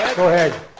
go ahead.